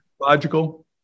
logical